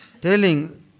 Telling